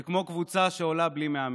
זה כמו קבוצה שעולה בלי מאמן.